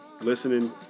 listening